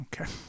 Okay